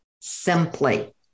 simply